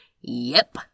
Yep